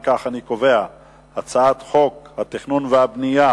אם כך, אני קובע שהצעת חוק התכנון והבנייה